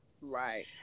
Right